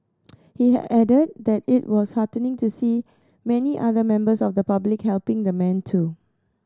he added that it was heartening to see many other members of the public helping the man too